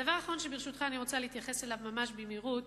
הדבר האחרון שברשותך אני רוצה להתייחס אליו ממש במהירות